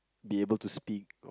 be able to speak